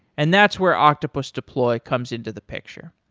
and that's where octopus deploy comes into the picture.